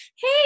hey